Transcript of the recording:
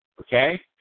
Okay